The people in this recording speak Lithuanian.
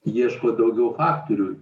ieško daugiau faktorių